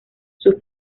sus